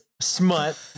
Smut